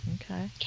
Okay